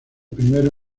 primero